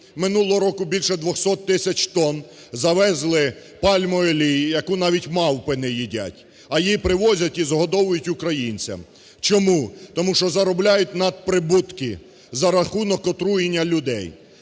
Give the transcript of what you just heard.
Минулого року більше 200 тисяч тон завезли пальмової олії, яку навіть мавпи не їдять, а її привозять і згодовують українцям. Чому? Тому що заробляють надприбутки за рахунок отруєння людей.